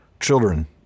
children